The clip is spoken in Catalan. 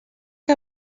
que